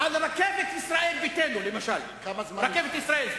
על רכבת ישראל ביתנו למשל, סליחה, רכבת ישראל.